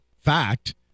fact